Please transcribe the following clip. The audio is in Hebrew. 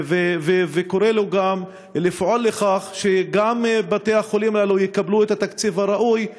וקורא לו לפעול לכך שגם בתי-החולים הללו יקבלו את התקציב הראוי,